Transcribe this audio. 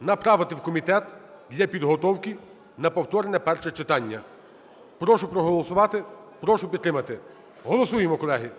направити в комітет для підготовки на повторне перше читання. Прошу проголосувати, прошу підтримати. Голосуємо, колеги.